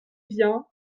bien